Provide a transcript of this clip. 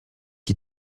qui